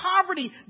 poverty